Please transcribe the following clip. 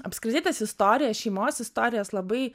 apskritai tas istorijas šeimos istorijas labai